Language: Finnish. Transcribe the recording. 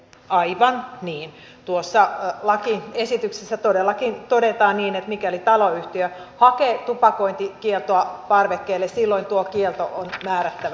aivan niin tuossa lakiesityksessä todellakin todetaan niin että mikäli taloyhtiö hakee tupakointikieltoa parvekkeelle silloin tuo kielto on määrättävä